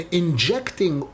injecting